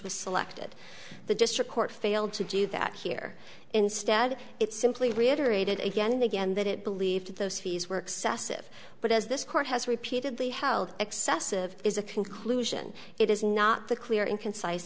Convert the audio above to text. was selected the district court failed to do that here instead it simply reiterated again and again that it believed those fees were excessive but as this court has repeatedly held excessive is a conclusion it is not the clear and concise